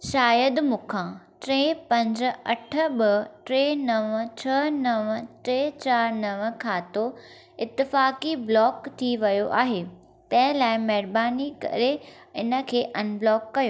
शायदि मूंखां टे पंज अठ ॿ टे नव छह नव टे चारि नव खातो इतफ़ाक़ी ब्लॉक थी वियो आहे तंहिं लाइ महिरबानी करे इन खे अनब्लॉक कयो